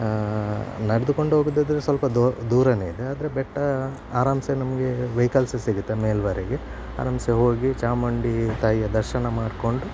ನಡೆದುಕೊಂಡು ಹೋಗುದಾದ್ರೆ ಸ್ವಲ್ಪ ದೊ ದೂರನೇ ಇದೆ ಆದರೆ ಬೆಟ್ಟ ಆರಾಮ್ಸೆ ನಮಗೆ ವೆಯಿಕಲ್ಸ್ ಸಿಗುತ್ತೆ ಮೇಲುವರೆಗೆ ಆರಾಮ್ಸೆ ಹೋಗಿ ಚಾಮುಂಡಿ ತಾಯಿಯ ದರ್ಶನ ಮಾಡಿಕೊಂಡು